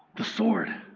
the sword.